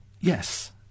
Yes